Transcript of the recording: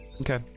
Okay